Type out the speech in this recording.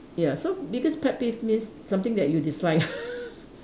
ya so biggest pet peeve means something that you dislike